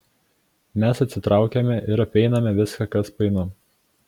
mes atsitraukiame ir apeiname viską kas painu